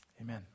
amen